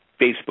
Facebook